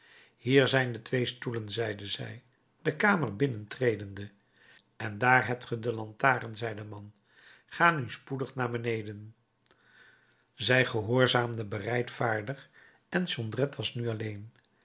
hier zijn de twee stoelen zeide zij de kamer binnentredende en daar hebt ge de lantaarn zei de man ga nu spoedig naar beneden zij gehoorzaamde bereidvaardig en jondrette was nu alleen